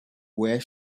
wear